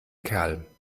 kerl